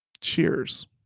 Cheers